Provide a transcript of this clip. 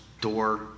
door